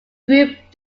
group